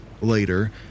later